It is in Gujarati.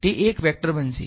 તે એક વેક્ટર બનશે